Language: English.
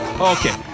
Okay